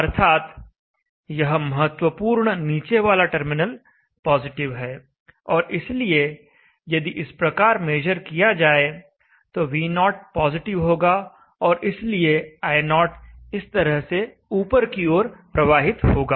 अर्थात यह महत्वपूर्ण नीचे वाला टर्मिनल पॉजिटिव है और इसलिए यदि इस प्रकार मेजर किया जाए तो V0 पॉजिटिव होगा और इसलिए I0 इस तरह से ऊपर की ओर प्रवाहित होगा